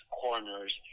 coroners